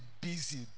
busy